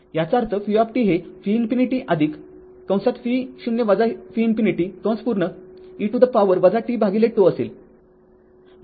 याचा अर्थ v हे V ∞ v0 v∞ e to the power tτ असेल